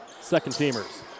second-teamers